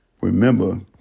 remember